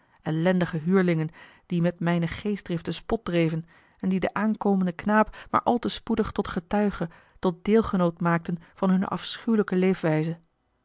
ellendige huurlingen die met mijne geestdrift den spot dreven en die den aankomenden knaap maar al te spoedig tot getuige tot deelgenoot maakten van hunne afschuwelijke leefwijze